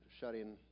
shutting